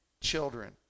children